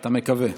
אתה מקווה.